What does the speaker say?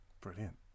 brilliant